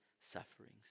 sufferings